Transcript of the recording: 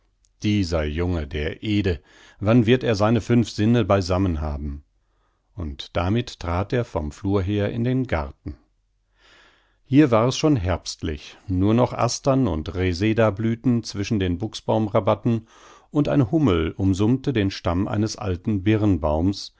dieser junge der ede wann wird er seine fünf sinne beisammen haben und damit trat er vom flur her in den garten hier war es schon herbstlich nur noch astern und reseda blühten zwischen den buchsbaumrabatten und eine hummel umsummte den stamm eines alten